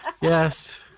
Yes